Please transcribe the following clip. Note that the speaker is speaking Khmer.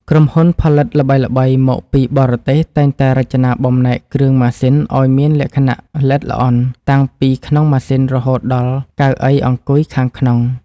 ក្រុមហ៊ុនផលិតល្បីៗមកពីបរទេសតែងតែរចនាបំណែកគ្រឿងម៉ាស៊ីនឱ្យមានលក្ខណៈល្អិតល្អន់តាំងពីក្នុងម៉ាស៊ីនរហូតដល់កៅអីអង្គុយខាងក្នុង។